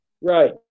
Right